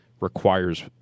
requires